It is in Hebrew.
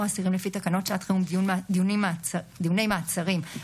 אני מסתכלת עליכם ומישירה אליכם מבט,